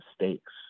mistakes